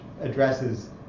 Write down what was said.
addresses